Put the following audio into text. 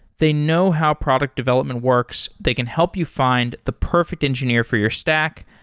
they know how product development works. they can help you find the perfect engineer for your stack,